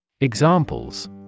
Examples